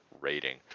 rating